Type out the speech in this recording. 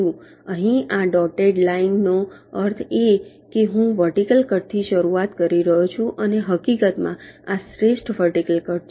તેથી અહીં આ ડોટેડ લાઇનનો અર્થ છે કે હું વર્ટિકલ કટથી શરૂઆત કરી રહ્યો છું અને હકીકતમાં આ શ્રેષ્ઠ વર્ટિકલ કટ છે